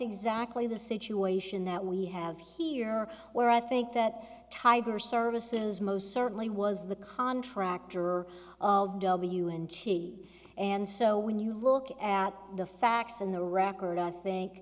exactly the situation that we have here where i think that tiger services most certainly was the contractor of w and t and so when you look at the facts in the record i think